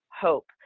hope